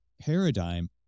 paradigm